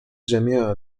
جميع